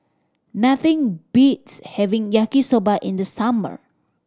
nothing beats having Yaki Soba in the summer